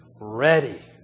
ready